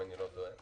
אם אני לא טועה.